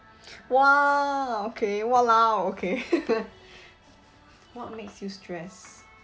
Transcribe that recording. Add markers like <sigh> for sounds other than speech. <breath> !wah! okay !walao! okay <laughs> what makes you stressed